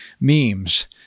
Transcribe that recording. memes